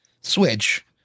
switch